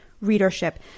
Readership